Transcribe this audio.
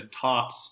tops